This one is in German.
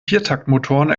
viertaktmotoren